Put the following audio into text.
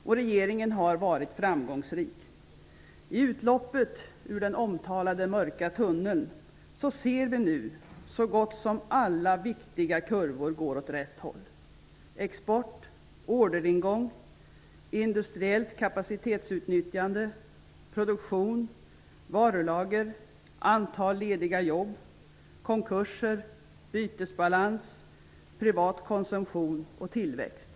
Och regeringen har varit framgångsrik. I utloppet ur den omtalade mörka tunneln ser vi nu att så gott som alla viktiga kurvor går åt rätt håll. Export, orderingång, industriellt kapacitetsutnyttjande, produktion, varulager, antal lediga jobb, konkurser, bytesbalans, privat konsumtion och tillväxt.